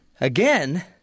again